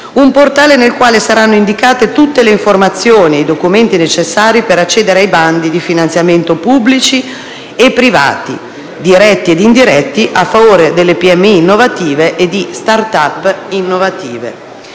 un portale nel quale saranno indicati tutte le informazioni e i documenti necessari per accedere ai bandi di finanziamento pubblici e privati, diretti ed indiretti, a favore delle piccole e medie imprese innovative